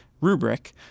rubric